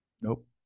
nope